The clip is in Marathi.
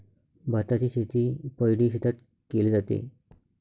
भाताची शेती पैडी शेतात केले जाते